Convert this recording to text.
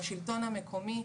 לשלטון המקומי,